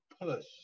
push